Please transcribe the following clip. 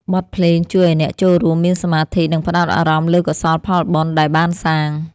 បទភ្លេងជួយឱ្យអ្នកចូលរួមមានសមាធិ និងផ្ដោតអារម្មណ៍លើកុសលផលបុណ្យដែលបានសាង។